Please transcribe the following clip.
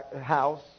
house